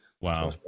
Wow